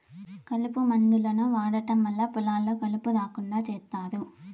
కలుపు మందులను వాడటం వల్ల పొలాల్లో కలుపు రాకుండా చేత్తారు